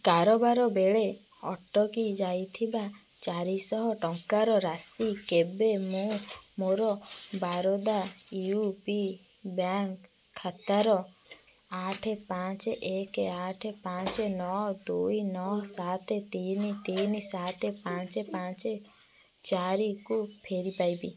କାରବାର ବେଳେ ଅଟକି ଯାଇଥିବା ଚାରିଶହ ଟଙ୍କାର ରାଶି କେବେ ମୁଁ ମୋର ବାରଦା ୟୁ ପି ବ୍ୟାଙ୍କ୍ ଖାତାର ଆଠ ପାଞ୍ଚ ଏକ ଆଠ ପାଞ୍ଚ ନଅ ଦୁଇ ନଅ ସାତ ତିନି ତିନି ସାତ ପାଞ୍ଚ ପାଞ୍ଚ ଚାରିକୁ ଫେରି ପାଇବି